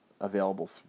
available